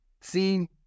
seen